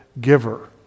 giver